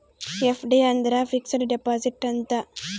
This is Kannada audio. ಎಫ್.ಡಿ ಅಂದ್ರ ಫಿಕ್ಸೆಡ್ ಡಿಪಾಸಿಟ್ ಅಂತ